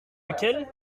lequel